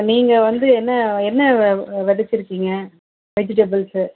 நீங்கள் வந்து என்ன என்ன வெ வெ வெதைச்சிருக்கீங்க வெஜிட்டபுள்ஸ்ஸு